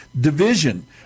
division